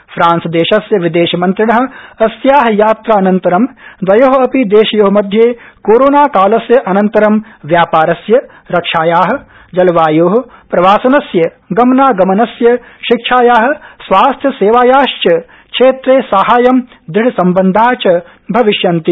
France देशस्य विदेशमन्त्रिण अस्या यात्रानन्तरं द्वयो अपि देशयो मध्ये कोरोनाकालस्य अनन्तरं व्यापारस्य रक्षाया जलवायो प्रवासनस्य गमनागमनस्य शिक्षाया स्वास्थ्यसेवायाश्च क्षेत्रे साहाय्यं दृढसम्बन्धा च भविष्यन्ति